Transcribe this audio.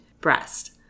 breast